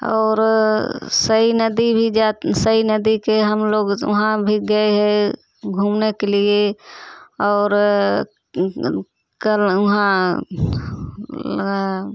और सई नदी भी जा सई नदी के हम लोग वहाँ भी गए है घूमने के लिए और कल वहाँ